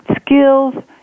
skills